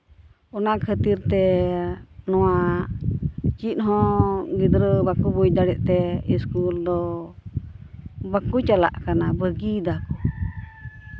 ᱚᱱᱟ ᱠᱷᱟᱹᱛᱤᱨ ᱛᱮ ᱱᱚᱣᱟ ᱪᱮᱫ ᱦᱚᱸ ᱜᱤᱫᱽᱨᱟᱹ ᱵᱟᱠᱚ ᱵᱩᱡᱽ ᱫᱟᱲᱮᱜ ᱛᱮ ᱤᱥᱠᱩᱞ ᱫᱚ ᱵᱟᱠᱚ ᱪᱟᱞᱟᱜ ᱠᱟᱱᱟ ᱵᱟᱹᱜᱤᱭ ᱫᱟᱠᱚ